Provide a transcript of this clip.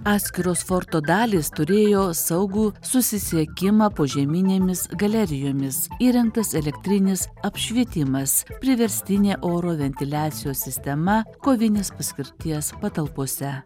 atskiros forto dalys turėjo saugų susisiekimą požeminėmis galerijomis įrengtas elektrinis apšvietimas priverstinė oro ventiliacijos sistema kovinės paskirties patalpose